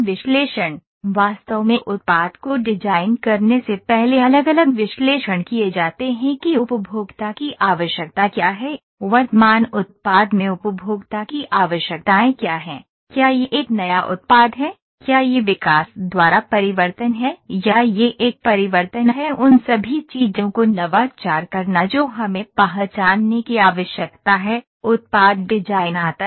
विश्लेषण वास्तव में उत्पाद को डिजाइन करने से पहले अलग अलग विश्लेषण किए जाते हैं कि उपभोक्ता की आवश्यकता क्या है वर्तमान उत्पाद में उपभोक्ता की आवश्यकताएं क्या हैं क्या यह एक नया उत्पाद है क्या यह विकास द्वारा परिवर्तन है या यह एक परिवर्तन है उन सभी चीजों को नवाचार करना जो हमें पहचानने की आवश्यकता है उत्पाद डिजाइन आता है